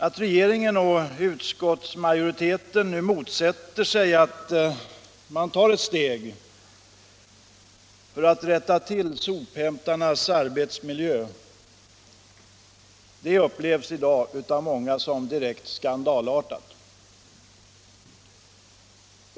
Att regeringen och utskottsmajoriteten nu motsätter sig att man tar ett steg för att rätta till sophämtarnas arbetsmiljö upplevs i dag av många som direkt skandalartat.